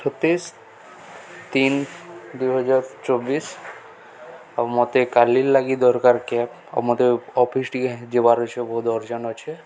ଛତେଇଶ ତିନ ଦୁଇହଜାର ଚବିଶ ଆଉ ମତେ କାଲି ଲାଗି ଦରକାର କ୍ୟାବ୍ ଆଉ ମତେ ଅଫିସ ଟିକେ ଯିବାର ଅଛେ ବହୁତ ଅର୍ଜନ ଅଛେ